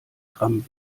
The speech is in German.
gramm